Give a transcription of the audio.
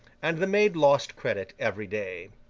and the maid lost credit every day.